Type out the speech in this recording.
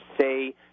say –